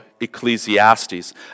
Ecclesiastes